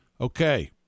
Okay